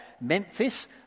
Memphis